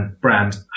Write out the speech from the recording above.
brand